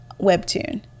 webtoon